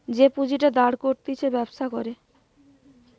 যে পুঁজিটা দাঁড় করতিছে ব্যবসা করে